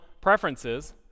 preferences